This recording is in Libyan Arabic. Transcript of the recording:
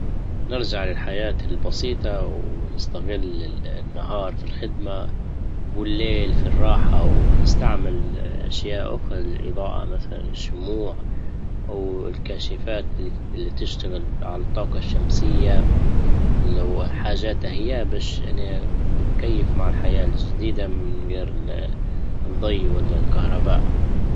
نرجع للحياة البسيطة ونستغل النهار في الخدمة والليل في الراحة ونستعمل اشياء اخرى للاضاءة مثلا الشموع او الكاشفات اللي بـ- بتشتغل عالطاقة الشمسية اللي هو حاجة تهي باش يعني نتكيف مع الحياة الجديدة من غير الضي والكهرباء.